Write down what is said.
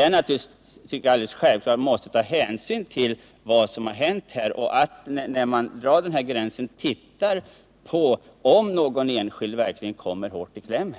Men jag tycker det är självklart att man måste ta hänsyn till vad som hänt och att man, när man drar gränsen, ser på om någon enskild verkligen kommer hårt i kläm,